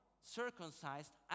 circumcised